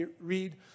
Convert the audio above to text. read